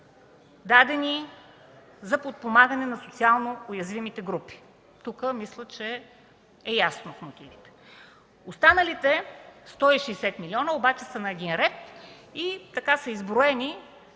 дадени за подпомагане на социално уязвимите групи. Мисля, че тук е ясно от мотивите. Останалите 160 млн. лв. обаче са на един ред. Така са изброени